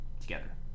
together